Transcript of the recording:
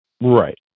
Right